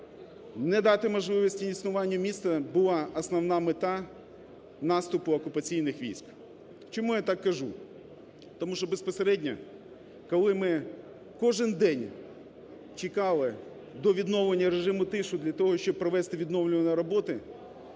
Не дати можливості існуванню міста була основна мета наступу окупаційних військ. Чому я так кажу? Тому що безпосередньо, коли ми кожен день чекали до відновлення режиму тиші для того, щоб провести відновлювальні роботи,